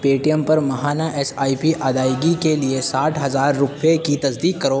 پے T M پر ماہانہ S I P ادائیگی کے لیے ساٹھ ہزار روپئے کی تصدیق کرو